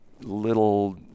little